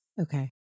Okay